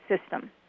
system